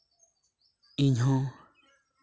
ᱤᱧ ᱦᱚᱸ